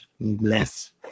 bless